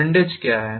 windage क्या है